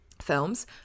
Films